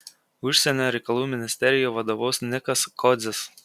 užsienio reikalų ministerijai vadovaus nikas kodzis